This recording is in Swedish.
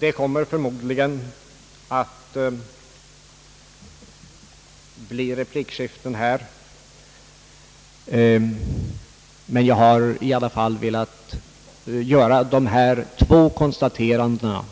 Det kommer förmodligen att bli replikskiften här, men jag har velat göra dessa konstateranden